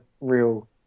real